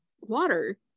water